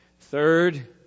Third